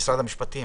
ממשרד המשפטים